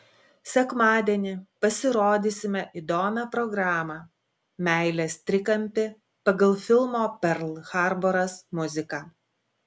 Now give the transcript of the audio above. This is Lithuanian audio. sekmadienį pasirodysime įdomią programą meilės trikampį pagal filmo perl harboras muziką